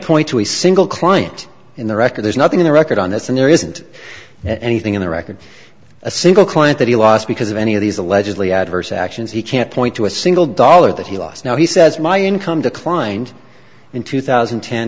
point to a single client in the record there's nothing in the record on this and there isn't anything in the record of a single client that he lost because of any of these allegedly adverse actions he can't point to a single dollar that he lost now he says my income declined in two thousand